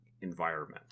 environment